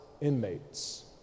inmates